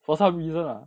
for some reason lah